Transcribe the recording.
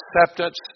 acceptance